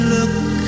Look